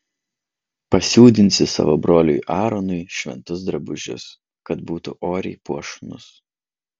pasiūdinsi savo broliui aaronui šventus drabužius kad būtų oriai puošnūs